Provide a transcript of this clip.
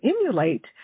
emulate